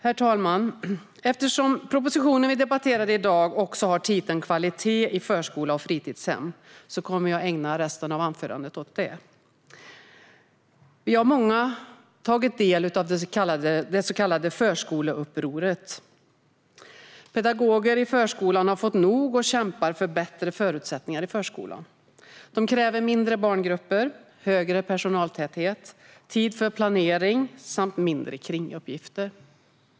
Herr talman! Eftersom propositionen vi debatterar i dag också har titeln "kvaliteten i förskola och fritidshem" kommer jag att ägna resten av mitt anförande åt detta. Vi är många som har tagit del av det så kallade Förskoleupproret. Pedagoger i förskolan har fått nog och kämpar för bättre förutsättningar. De kräver mindre barngrupper, högre personaltäthet, tid för planering samt färre kringuppgifter.